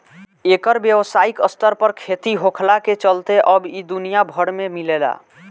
एकर व्यावसायिक स्तर पर खेती होखला के चलते अब इ दुनिया भर में मिलेला